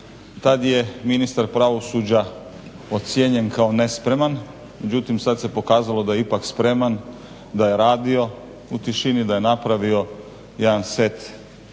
tad je ministar pravosuđa ocijenjen kao nespreman, međutim sad se pokazalo da je ipak spreman, da je radio u tišini, da je napravio jedan set zakona